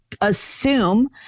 assume